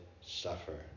suffer